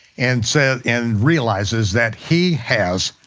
and so and and realizes that he has